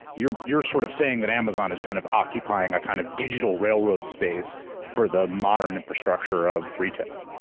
you're you're sort of saying that amazon is kind of occupying a kind of digital railroad space for the modern infrastructure of retail.